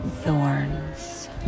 thorns